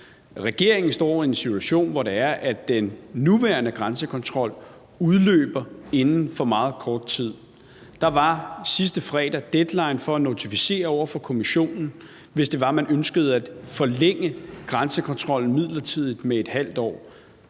Regeringen står i en situation, hvor det er, at den nuværende grænsekontrol udløber inden for meget kort tid. Der var sidste fredag deadline for at notificere over for Kommissionen, hvis det var, man ønskede at forlænge grænsekontrollen midlertidigt med et halvt år.